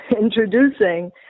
introducing